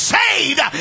saved